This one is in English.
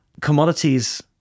commodities